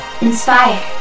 Inspire